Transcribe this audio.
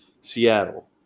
Seattle